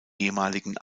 ehemaligen